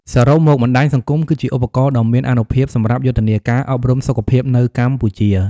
សរុបមក បណ្តាញសង្គមគឺជាឧបករណ៍ដ៏មានអានុភាពសម្រាប់យុទ្ធនាការអប់រំសុខភាពនៅកម្ពុជា។